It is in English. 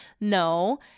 No